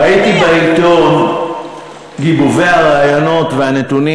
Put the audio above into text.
ראיתי בעיתון את גיבובי הרעיונות והנתונים